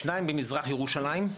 שניים ממזרח ירושלים,